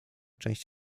część